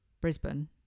Brisbane